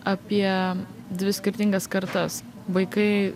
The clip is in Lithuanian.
apie dvi skirtingas kartas vaikai